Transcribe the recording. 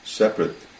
separate